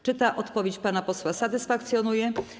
Czy ta odpowiedź pana posła satysfakcjonuje?